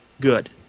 good